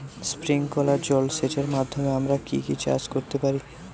Sprinkler জলসেচের মাধ্যমে আমরা কি কি চাষ করতে পারি?